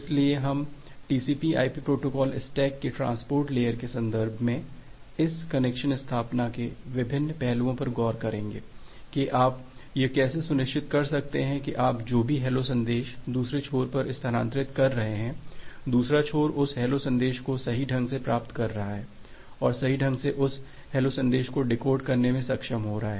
इसलिए हम TCP IP protocol stack की ट्रांसपोर्ट लेयर के संदर्भ में इस कनेक्शन स्थापना के विभिन्न पहलुओं पर गौर करेंगे कि आप यह कैसे सुनिश्चित कर सकते हैं कि आप जो भी हैलो संदेश दूसरे छोर पर स्थानांतरित कर रहे हैं दूसरा छोर उस हैलो संदेश को सही ढंग से प्राप्त कर रहा है और सही ढंग से उस हैलो संदेश को डिकोड करने में सक्षम हो रहा है